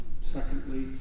Secondly